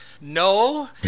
No